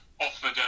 offered